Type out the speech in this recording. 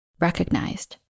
Recognized